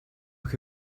che